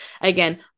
Again